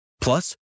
Plus